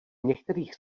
některých